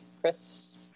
Chris